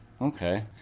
Okay